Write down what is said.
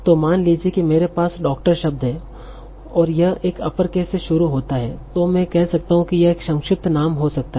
तो मान लीजिए कि मेरे पास डॉक्टर शब्द हैं और यह एक अपर केस से शुरू होता है तों मैं कह सकता हूं कि यह एक संक्षिप्त नाम हो सकता है